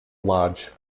lodge